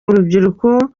urubyiruko